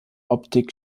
optik